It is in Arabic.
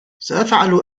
سأفعل